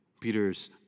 Peter's